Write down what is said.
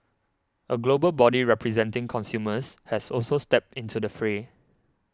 a global body representing consumers has also stepped into the fray